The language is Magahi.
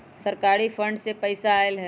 सरकारी फंड से पईसा आयल ह?